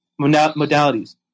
modalities